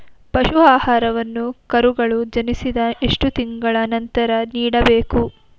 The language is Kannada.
ಪಶು ಆಹಾರವನ್ನು ಕರುಗಳು ಜನಿಸಿದ ಎಷ್ಟು ತಿಂಗಳ ನಂತರ ನೀಡಬೇಕು?